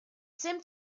seemed